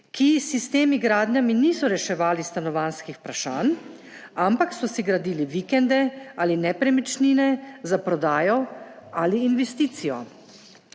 ki s temi gradnjami niso reševali stanovanjskih vprašanj, ampak so si gradili vikende ali nepremičnine za prodajo ali investicijo.